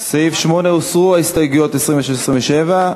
סעיף 8, הוסרו ההסתייגויות 26 ו-27.